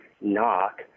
knock